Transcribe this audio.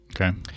Okay